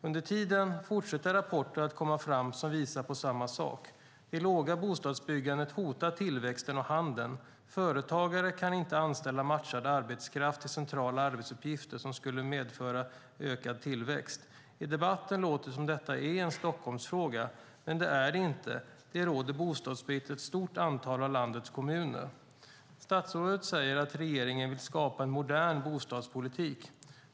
Under tiden fortsätter rapporter att komma fram som visar på samma sak. Det låga bostadsbyggandet hotar tillväxten och handeln. Företagare kan inte anställa matchande arbetskraft till centrala arbetsuppgifter som skulle medföra ökad tillväxt. I debatten låter det som om detta är en Stockholmsfråga, men det är det inte. Det råder bostadsbrist i ett stort antal av landets kommuner. Statsrådet säger att regeringen vill skapa en modern bostadspolitik.